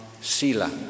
sila